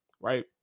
right